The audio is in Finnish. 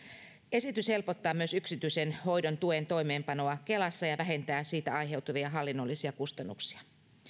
esitys helpottaa myös yksityisen hoidon tuen toimeenpanoa kelassa ja vähentää siitä aiheutuvia hallinnollisia kustannuksia